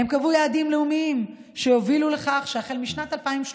הן קבעו יעדים לאומיים שיובילו לכך שהחל משנת 2030